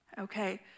Okay